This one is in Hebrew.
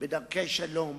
בדרכי שלום,